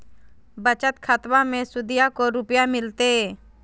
बचत खाताबा मे सुदीया को रूपया मिलते?